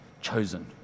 Chosen